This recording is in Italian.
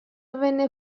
avvenne